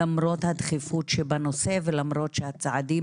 למרות הדחיפות שבנושא ולמרות הצעדים